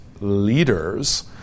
leaders